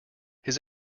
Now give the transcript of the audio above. his